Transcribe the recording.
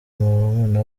murumuna